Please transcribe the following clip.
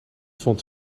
vond